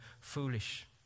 foolish